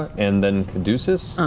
and then caduceus.